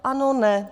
Ano ne.